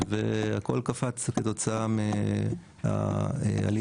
והכל קפץ כתוצאה מהעלייה,